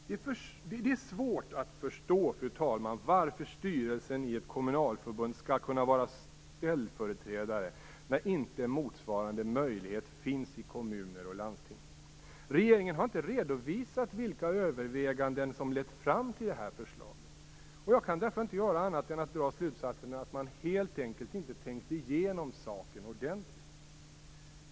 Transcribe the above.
Det är svårt att förstå, fru talman, varför styrelsen i ett kommunalförbund skall kunna vara ställföreträdare när motsvarande möjlighet inte finns i kommuner och landsting. Regeringen har inte redovisat vilka överväganden som lett fram till detta förslag. Jag kan därför inte göra annat än att dra slutsatsen att man helt enkelt inte tänkt igenom saken ordentligt.